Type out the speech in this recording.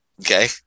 okay